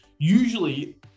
usually